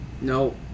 No